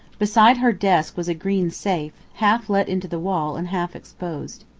beside her desk was a green safe, half let into the wall and half exposed.